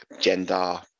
gender